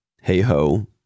hey-ho